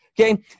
okay